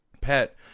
pet